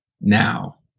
now